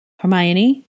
Hermione